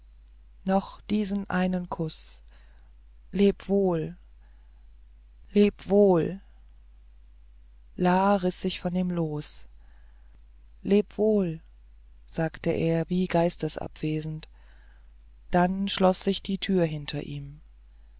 noch diesen einen kuß leb wohl leb wohl la riß sich von ihm los leb wohl sagte er wie geistesabwesend dann schloß sich die tür hinter ihm